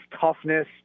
toughness